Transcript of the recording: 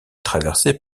traversé